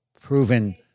proven